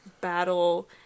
battle